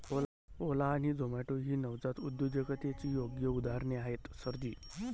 ओला आणि झोमाटो ही नवजात उद्योजकतेची योग्य उदाहरणे आहेत सर जी